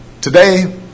Today